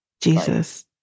Jesus